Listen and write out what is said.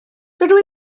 dydw